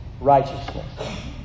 righteousness